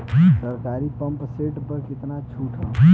सरकारी pump set प कितना छूट हैं?